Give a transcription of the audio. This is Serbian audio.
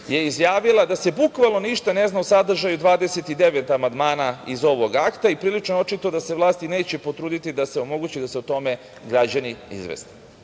je izjavila da se bukvalno ništa ne zna o sadržaju 29 amandmana iz ovog akta i prilično je očito da se vlasti neće potruditi da se omogući da se o tome građani izveste.